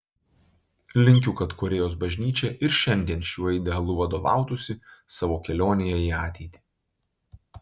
linkiu kad korėjos bažnyčia ir šiandien šiuo idealu vadovautųsi savo kelionėje į ateitį